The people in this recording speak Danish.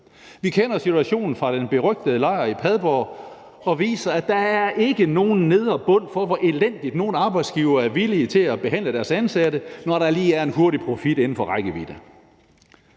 Vi kender situationen fra den berygtede lejr i Padborg, der viser, at der ikke er nogen nedre bund for, hvor elendigt nogle arbejdsgivere er villige til at behandle deres ansatte, når der lige er en hurtig profit inden for rækkevidde.